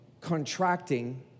contracting